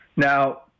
Now